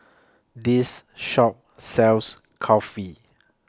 This Shop sells Kulfi